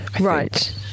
Right